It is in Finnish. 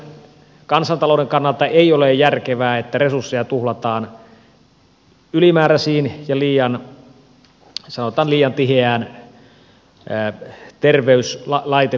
meidän kansantaloutemme kannalta ei ole järkevää että resursseja tuhlataan ylimääräisiin laitteisiin ja sanotaan liian tiheään terveyslaiteverkkoon